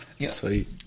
Sweet